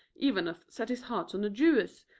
ivanoff set his heart on the jewess,